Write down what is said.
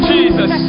Jesus